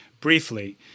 Briefly